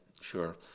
Sure